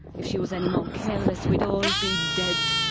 if she was anymore careless we'd all be dead.